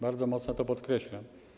Bardzo mocno to podkreślam.